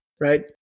right